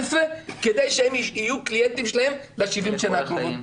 כדי שהם יהיו קליינטים שלהם ב-70 שנים הקרובות,